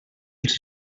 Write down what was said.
els